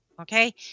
okay